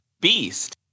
Beast